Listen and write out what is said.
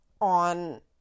on